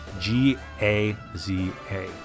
g-a-z-a